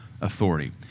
authority